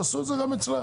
תעשו את זה גם אצלה,